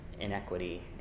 inequity